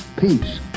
peace